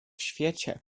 świecie